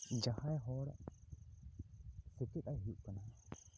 ᱡᱟᱦᱟᱸᱭ ᱦᱚᱲ ᱥᱮᱪᱮᱫᱟ ᱦᱩᱭᱩᱜ ᱠᱟᱱᱟ